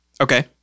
Okay